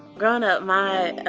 growing up my,